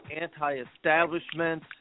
anti-establishment